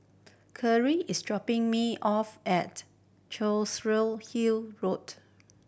is dropping me off at Hill Road